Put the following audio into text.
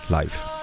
Life